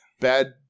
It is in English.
Bad